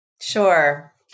Sure